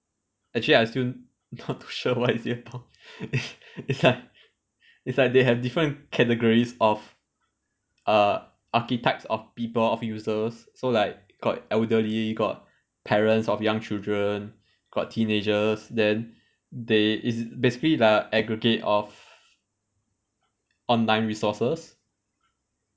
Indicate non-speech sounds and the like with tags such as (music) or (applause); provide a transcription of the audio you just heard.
actually I still not too sure what is it about (laughs) it's like it's like they have different categories of uh archetypes of people of users so like got elderly got parents of young children got teenagers then they it's basically like aggregate of online resources